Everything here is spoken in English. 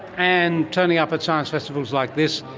and turning up at science festivals like this,